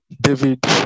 David